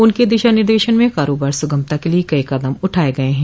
उनके दिशा निर्देशन में कारोबार सुगमता के लिए कई कदम उठाये गये हैं